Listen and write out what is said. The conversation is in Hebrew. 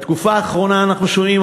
בתקופה האחרונה אנחנו שומעים,